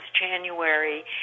January